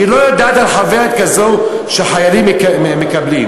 היא לא יודעת על חוברת כזו שחיילים מקבלים.